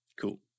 Cool